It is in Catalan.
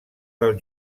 del